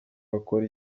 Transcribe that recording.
agakora